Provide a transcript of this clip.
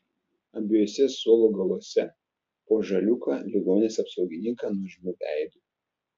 abiejuose suolo galuose po žaliūką ligoninės apsaugininką nuožmiu veidu